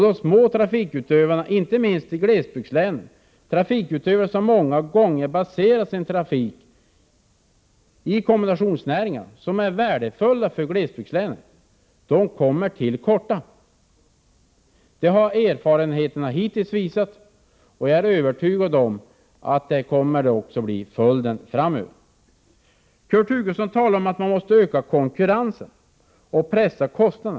De små trafikutövarna, inte minst i glesbygdslänen, som många gånger baserar sin trafik på kombinationsnäringarna, som är värdefulla för glesbygdslänen, kommer till korta. Det har erfarenheterna hittills visat. Jag är övertygad om att så blir fallet även framöver. Kurt Hugosson talar om att konkurrensen måste öka och att kostnaderna måste pressas ned.